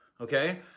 okay